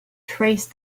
trace